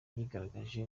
yigaragaje